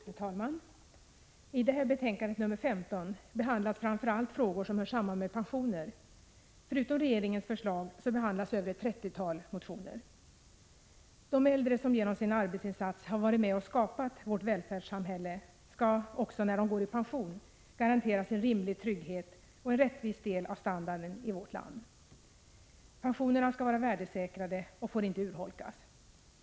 Herr talman! I socialförsäkringsutskottets betänkande nr 15 behandlas framför allt frågor som hör samman med pensioner. Förutom regeringens förslag behandlas över ett trettiotal motioner. De äldre som genom sin arbetsinsats har varit med om att skapa vårt välfärdssamhälle skall också när de går i pension garanteras en rimlig trygghet och en rättvis del av standarden i vårt land. Pensionerna skall vara värdesäkrade och får inte urholkas.